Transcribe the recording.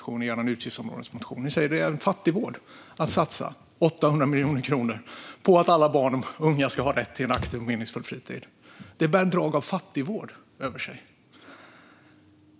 I er utgiftsområdesmotion kallar ni det för fattigvård att satsa 800 miljoner kronor på att alla barn ska ha rätt till en aktiv och meningsfull fritid.